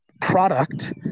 product